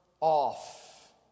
off